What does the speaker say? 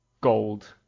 gold